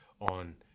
on